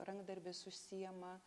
rankdarbis užsiema